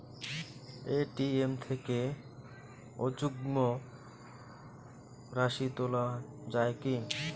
ATM থেকে অযুগ্ম রাশি তোলা য়ায় কি?